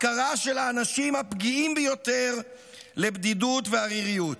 הפקרה של האנשים הפגיעים ביותר לבדידות ועריריות,